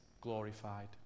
glorified